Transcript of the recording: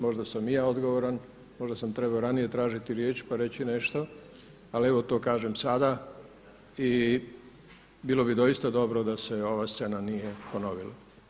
Možda sam i ja odgovoran, možda sam trebao ranije tražiti riječ pa reći nešto, ali evo to kažem sada i bilo bi doista dobro da se ova scena nije ponovila.